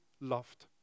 loved